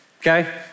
okay